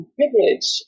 privilege